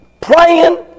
Praying